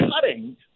cutting